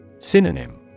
Synonym